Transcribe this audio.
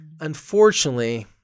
unfortunately